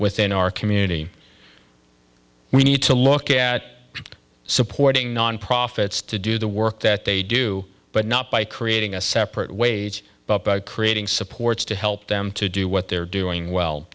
within our community we need to look at supporting nonprofits to do the work that they do but not by creating a separate wage but by creating supports to help them to do what they're doing well